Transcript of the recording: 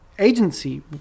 Agency